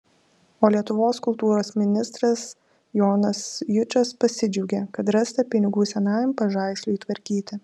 o lietuvos kultūros ministras jonas jučas pasidžiaugė kad rasta pinigų senajam pažaisliui tvarkyti